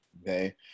okay